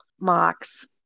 mocks